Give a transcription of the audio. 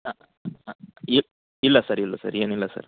ಹಾಂ ಹಾಂ ಇಲ್ಲ ಸರ್ ಇಲ್ಲ ಸರ್ ಏನಿಲ್ಲ ಸರ್